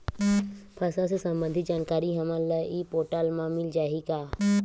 फसल ले सम्बंधित जानकारी हमन ल ई पोर्टल म मिल जाही का?